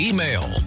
Email